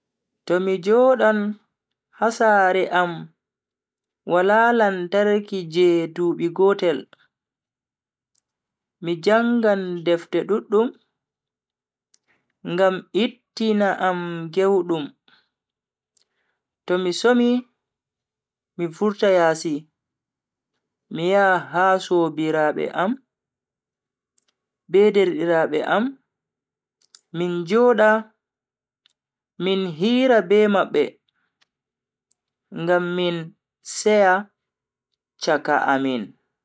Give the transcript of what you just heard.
To mi jodan ha sare am wala lantarki je dubi gotel, mi jangan defte duddum ngam ittina am gewdum, to mi somi mi vurta yasi mi yaha ha sobiraabe am be derdiraabe am min joda min hira be mabbe ngam min seya chaka amin.